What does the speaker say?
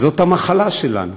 וזאת המחלה שלנו.